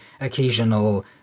occasional